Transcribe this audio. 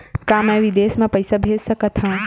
का मैं विदेश म पईसा भेज सकत हव?